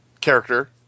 character